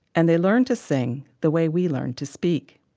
and they learn to sing the way we learn to speak.